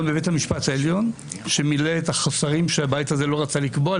גם בבית המשפט העליון שמילא את החוסרים שהבית הזה לא רצה לקבוע,